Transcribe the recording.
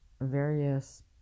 various